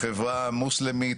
בחברה המוסלמית,